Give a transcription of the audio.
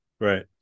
Right